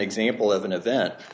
example of an event